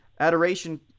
Adoration